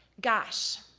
gosh,